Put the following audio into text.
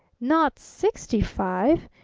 not sixty-five?